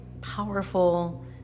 powerful